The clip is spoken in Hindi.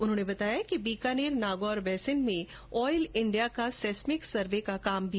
उन्होंने बताया कि बीकानेर नागौर बेसिन में ऑयल इण्डिया का सेस्मिक सर्वे का कार्य भी जारी है